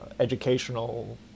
educational